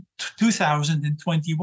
2021